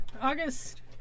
August